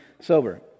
sober